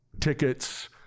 tickets